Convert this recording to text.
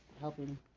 helping